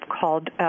called